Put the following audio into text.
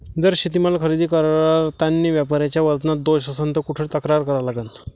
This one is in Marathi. जर शेतीमाल खरेदी करतांनी व्यापाऱ्याच्या वजनात दोष असन त कुठ तक्रार करा लागन?